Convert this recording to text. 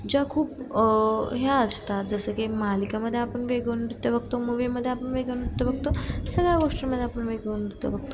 ज्या खूप ह्या असतात जसं की मालिकेमध्ये आपण वेगळं नृत्य बघतो मूवीमध्ये आपण वेगळं नृत्य बघतो सगळ्या गोष्टीमध्ये आपण वेगळं नृत्य बघतो